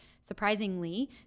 surprisingly